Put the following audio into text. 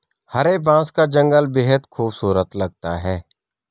हरे बांस का जंगल बेहद खूबसूरत लगता है